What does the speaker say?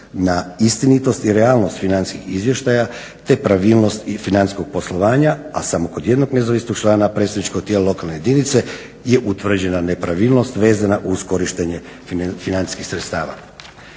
na istinitost i realnost financijskih izvještaja te pravilnost financijskog poslovanja, a samo kod jednog nezavisnog člana predstavničkog tijela lokalne jedinice je utvrđena nepravilnost vezana uz korištenje financijskih sredstava.